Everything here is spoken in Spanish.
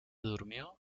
durmió